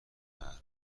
بهره